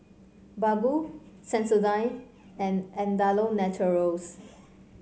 Baggu Sensodyne and Andalou Naturals